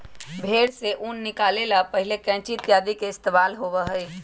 भेंड़ से ऊन निकाले ला पहले कैंची इत्यादि के इस्तेमाल होबा हलय